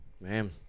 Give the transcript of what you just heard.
Man